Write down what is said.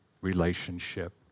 relationship